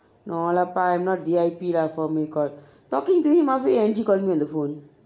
no lah pa I am not V_I_P lah for me call talking to him halfway angie call me on the phone